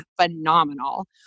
phenomenal